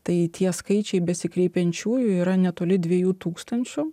tai tie skaičiai besikreipiančiųjų yra netoli dviejų tūkstančių